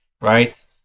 right